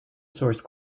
source